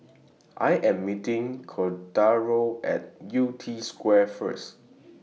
I Am meeting Cordaro At Yew Tee Square First